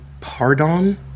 pardon